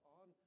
on